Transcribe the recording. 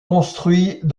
construit